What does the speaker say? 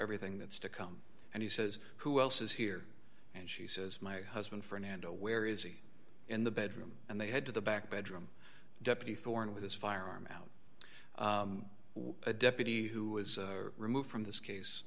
everything that's to come and he says who else is here and she says my husband fernando where is he in the bedroom and they head to the back bedroom deputy thorn with his firearm out a deputy who was removed from this case